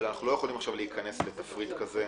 אבל אנחנו לא יכולים להיכנס לתפריט כזה.